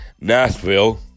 Nashville